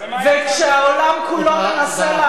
ומה יצא מזה?